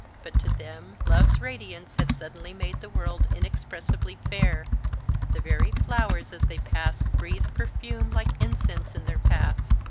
but to them love's radiance had suddenly made the world inexpressibly fair the very flowers as they passed breathed perfume like incense in their path,